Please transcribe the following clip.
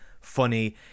funny